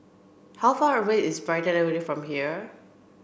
how far away is Brighton Avenue from here